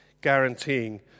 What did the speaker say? guaranteeing